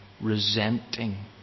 resenting